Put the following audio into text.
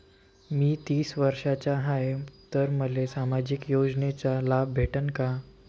मी तीस वर्षाचा हाय तर मले सामाजिक योजनेचा लाभ भेटन का?